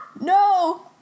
no